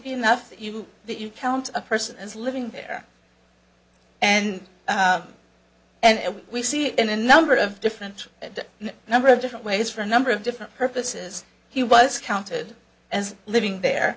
be enough that you count a person as living there and and we see in a number of different number of different ways for a number of different purposes he was counted as living there